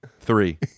Three